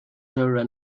commodore